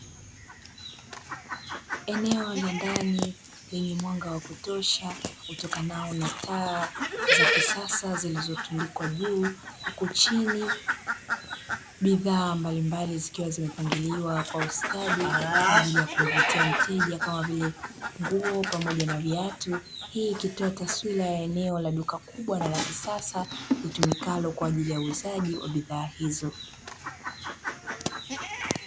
Eneo la ndani lenye mwanga wa kutosha, utokanao na taa za kisasa zilizotundikwa juu, huku chini bidhaa mbalimbali zikiwa zimepangiliwa kwa ustadi, kwa ajili ya kumvutia mteja, kama vile nguo pamoja na viatu. Hii ikitoa taswira ya eneo la duka kubwa na la kisasa, litumikalo kwa ajili ya uuzaji wa bidhaa hizo.